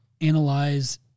analyze